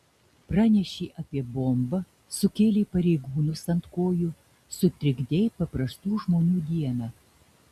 pranešei apie bombą sukėlei pareigūnus ant kojų sutrikdei paprastų žmonių dieną